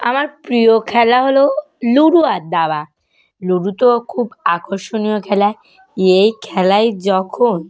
আমার প্রিয় খেলা হলো লুডো আর দাবা লুডো তো খুব আকর্ষণীয় খেলা এই খেলায় যখন